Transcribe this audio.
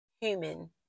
human